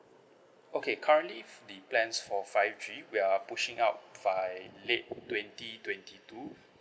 okay currently the plans for five G we are pushing up by late twenty twenty two